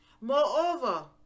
Moreover